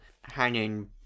hanging